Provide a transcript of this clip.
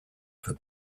for